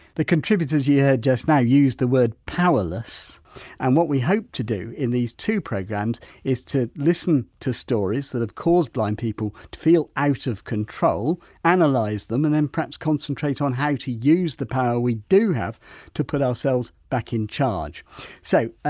the contributors you heard yeah just now used the word powerless and what we hope to do in these two programmes is to listen to stories that have caused blind people to feel out of control analyse and like them and then perhaps concentrate on how to use the power we do have to put ourselves back in charge so,